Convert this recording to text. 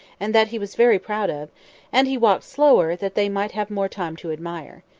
and that he was very proud of and he walked slower, that they might have more time to admire.